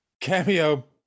Cameo